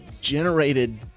generated